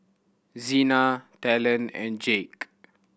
Zina Talon and Jacque